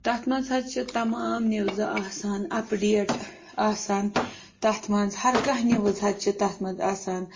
تَتھ منٛز حظ چھِ تمام نِوزٕ آسان اَپڈیٹ آسان تَتھ منٛز ہَر کانٛہہ نِوٕز حظ چھِ تَتھ منٛز آسان